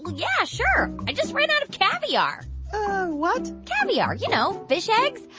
yeah, sure. i just ran out of caviar what? caviar. you know, fish eggs.